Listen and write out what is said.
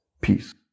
Peace